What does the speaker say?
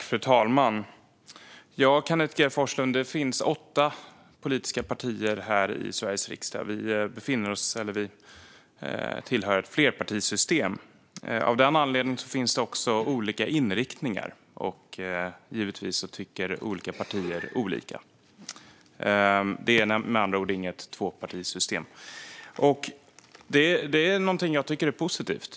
Fru talman! Kenneth G Forslund, det finns åtta politiska partier här i Sveriges riksdag. Vi har ett flerpartisystem. Av den anledningen finns det också olika inriktningar, och givetvis tycker olika partier olika. Det är med andra ord inget tvåpartisystem. Det är någonting som jag tycker är positivt.